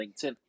LinkedIn